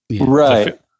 Right